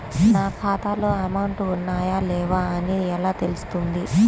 నా ఖాతాలో అమౌంట్ ఉన్నాయా లేవా అని ఎలా తెలుస్తుంది?